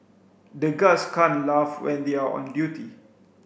the guards can't laugh when they are on duty